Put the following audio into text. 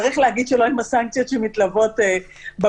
צריך להגיד שלא עם הסנקציות שמתלוות בבורסה,